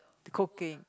the cooking